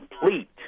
complete